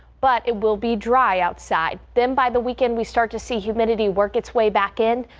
but it will be dry outside then by the weekend we start to see humidity work its way back in.